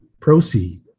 proceed